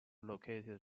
located